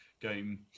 game